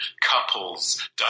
couples